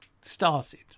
started